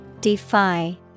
Defy